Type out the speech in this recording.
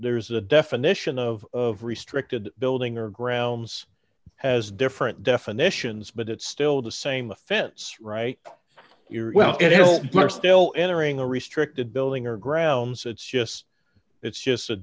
there's a definition of of restricted building or grounds has different definitions but it's still the same offense right well it might still entering a restricted building or grounds it's just it's just a